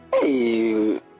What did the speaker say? Hey